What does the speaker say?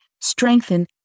strengthen